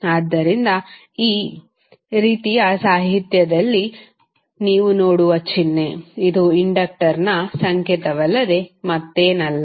ಆದ್ದರಿಂದ ಈ ರೀತಿಯ ಸಾಹಿತ್ಯದಲ್ಲಿ ನೀವು ನೋಡುವ ಚಿಹ್ನೆ ಇದು ಇಂಡಕ್ಟರ್ನ ಸಂಕೇತವಲ್ಲದೆ ಮತ್ತೇನಲ್ಲ